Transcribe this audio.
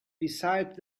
besides